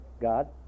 God